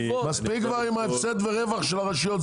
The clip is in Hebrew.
מספיק עם ההפסד ורווח של הרשויות.